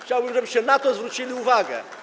Chciałbym, żebyście na to zwrócili uwagę.